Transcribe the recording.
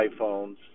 iPhones